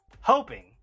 hoping